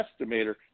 estimator